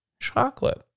chocolate